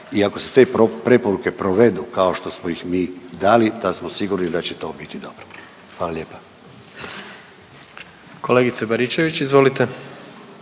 i ako se te preporuke provedu kao što smo ih mi dali, da smo sigurni da će to biti dobro. Hvala lijepa. **Jandroković, Gordan